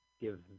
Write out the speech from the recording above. Give